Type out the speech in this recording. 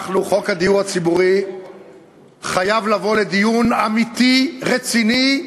חוק הדיור הציבורי חייב לבוא לדיון אמיתי, רציני,